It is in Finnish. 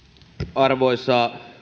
arvoisa